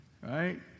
right